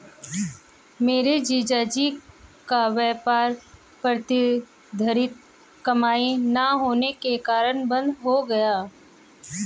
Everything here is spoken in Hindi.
मेरे जीजा जी का व्यापार प्रतिधरित कमाई ना होने के कारण बंद हो गया